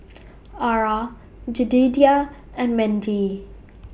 Arah Jedidiah and Mendy